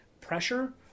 pressure